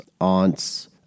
aunts